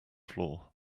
floor